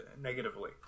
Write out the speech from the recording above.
negatively